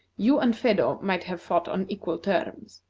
you and phedo might have fought on equal terms.